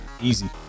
easy